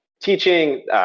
teaching